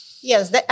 Yes